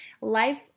life